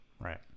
Right